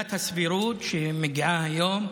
עילת הסבירות שמגיעה היום,